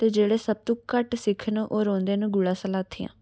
ते जेह्ड़े सब्भ तू घट्ट सिख न ओह् रौंह्दे न गुढ़ा स्लाथिया